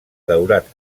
daurat